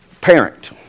parent